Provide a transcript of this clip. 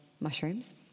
mushrooms